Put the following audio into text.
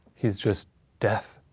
he's just death.